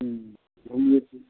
घूमिए